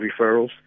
referrals